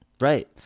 Right